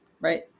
right